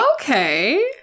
Okay